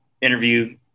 interview